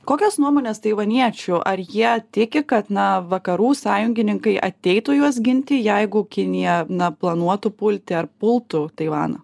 kokias nuomones taivaniečių ar jie tiki kad na vakarų sąjungininkai ateitų juos ginti jeigu kinija na planuotų pulti ar pultų taivaną